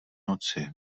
noci